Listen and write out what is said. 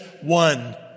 one